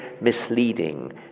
misleading